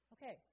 Okay